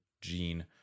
Gene